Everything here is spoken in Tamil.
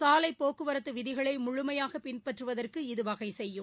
சாலைபோக்குவரத்துவிதிகளைமுழுமையானபின்பற்றுவதற்கு இது வகைசெய்யும்